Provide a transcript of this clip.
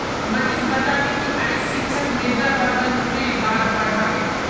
मनीष बताले कि आइज शिक्षक मृदा प्रबंधनेर बार पढ़ा बे